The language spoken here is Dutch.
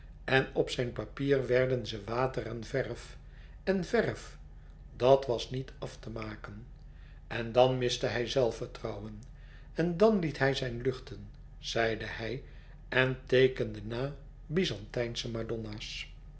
en op zijn papier werden ze water en verf en vèrf dat was niet af te maken en dan miste hij zelfvertrouwen en dan liet hij zijn luchten zeide hij en teekende na